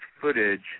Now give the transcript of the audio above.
footage